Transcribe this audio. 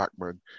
Backman